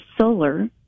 solar